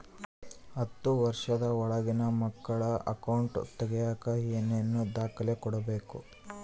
ಹತ್ತುವಷ೯ದ ಒಳಗಿನ ಮಕ್ಕಳ ಅಕೌಂಟ್ ತಗಿಯಾಕ ಏನೇನು ದಾಖಲೆ ಕೊಡಬೇಕು?